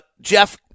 Jeff